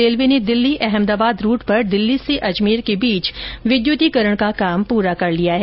railway ने Delhi Ahmedabad route पर दिल्ली से अजमेर के बीच विद्युतीकरण का काम पूरा कर लिया है